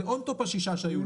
זה בנוסף לשישה שהיו לו.